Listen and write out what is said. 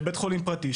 לבית חולים פרטי,